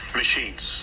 machines